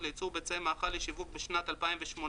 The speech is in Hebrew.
לייצור ביצי מאכל לשיווק בשנת 2018),